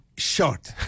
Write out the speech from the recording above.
short